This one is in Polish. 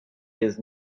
jest